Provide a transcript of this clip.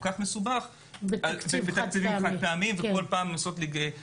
כל כך מסובך בתקציב חד פעמי וכל פעם לנסות לגייס שוב.